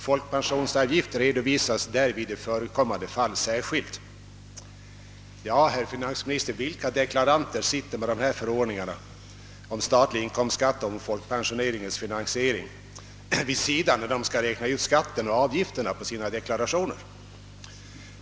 Folkpensionsavgift redovisas därvid i förekommande fall särskilt.» Men, herr finansminister, vilka deklaranter sitter med dessa förordningar om statlig inkomstskatt och folkpensioneringens finansiering vid sidan om sig, när de skall räkna ut skatten och avgifterna på grundval av deklarationer?